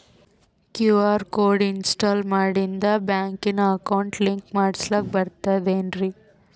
QR code install ಮಾಡಿಂದ ಬ್ಯಾಂಕಿನ account link ಮಾಡಸ್ಲಾಕ ಬರ್ತದೇನ್ರಿ